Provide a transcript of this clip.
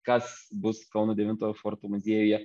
kas bus kauno devintojo forto muziejuje